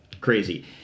crazy